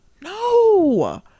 no